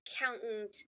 accountant